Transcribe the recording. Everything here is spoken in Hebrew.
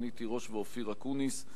רונית תירוש ואופיר אקוניס.